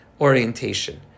orientation